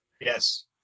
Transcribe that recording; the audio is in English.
Yes